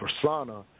persona